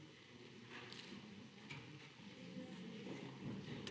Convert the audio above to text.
Hvala